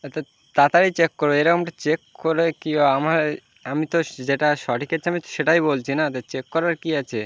তা তাড়াতাড়ি চেক করো এরমটা চেক করে কী আমার আমি তো যেটা সঠিক আছে আমি তো সেটাই বলছি না তো চেক করার কী আছে